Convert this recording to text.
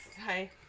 Hi